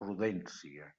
prudència